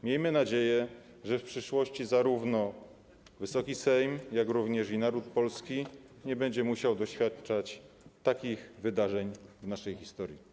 Miejmy nadzieję, że w przyszłości zarówno Wysoki Sejm, jak również naród polski nie będą musiały doświadczać takich wydarzeń w naszej historii.